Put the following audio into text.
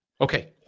Okay